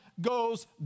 goes